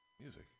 music